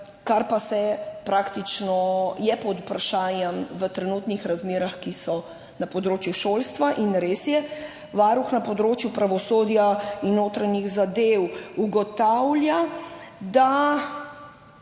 kar je praktično pod vprašajem v trenutnih razmerah, ki so na področju šolstva. In res je, Varuh na področju pravosodja in notranjih zadev tudi